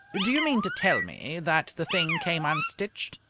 do you mean to tell me that the thing came unstitched?